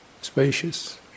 spacious